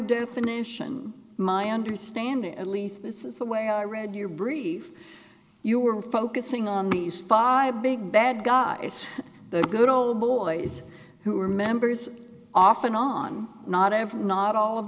definition my understanding at least this is the way i read your brief you were focusing on these five big bad guys the good old boys who are members often on not ever not all of